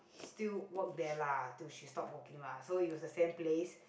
still work there lah till she stop working lah so it was the same place